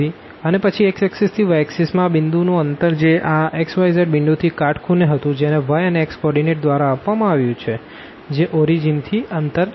અને પછી x axis થી y એક્ષિસ માં આ પોઈન્ટ નું અંતર જે આ xyzપોઈન્ટ થી કાટખૂણે હતું જેને y અને x કો ઓર્ડીનેટ દ્વારા આપવામાં આવ્યુ છે જે ઓરીજીન થી અંતર છે